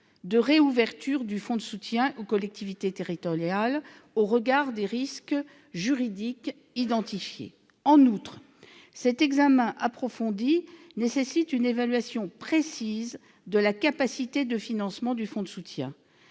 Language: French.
de réouverture du fonds de soutien aux collectivités territoriales au regard des risques juridiques identifiés. En outre, cet examen approfondi nécessite une évaluation précise de la capacité de financement du fonds de soutien.